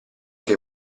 che